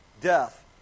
death